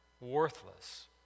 Worthless